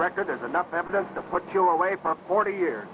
record there's enough evidence to put you away for a forty year